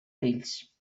fills